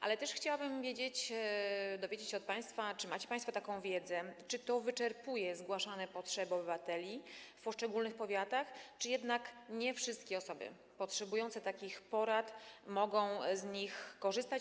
Ale też chciałabym wiedzieć, dowiedzieć się od państwa, czy macie państwo taką wiedzę, czy to wyczerpuje zgłaszane przez obywateli potrzeby w poszczególnych powiatach, czy jednak nie wszystkie osoby potrzebujące takich porad mogą z nich korzystać.